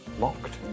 locked